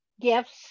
gifts